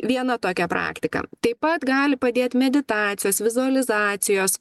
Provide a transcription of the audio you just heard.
viena tokia praktika taip pat gali padėt meditacijos vizualizacijos